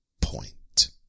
point